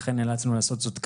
לכן נאלצנו לעשות זאת כך.